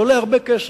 זה עולה הרבה כסף.